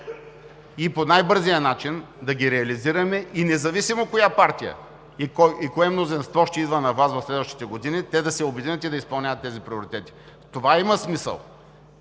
по най-бързия начин да ги реализираме, и независимо коя партия и кое мнозинство ще идва на власт в следващите години, те да се обединят и да ги изпълняват. В това има смисъл